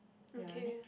okay